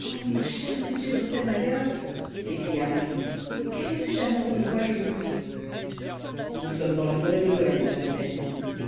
o mon cher monsieur drosselmayer s'écria marie quel est ce charmant endroit je vous prie nous sommes dans la forêt de noël mademoiselle